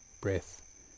breath